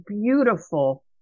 beautiful